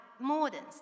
Moderns